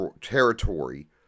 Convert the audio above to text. territory